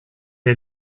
est